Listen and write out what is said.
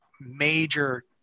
major